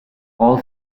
all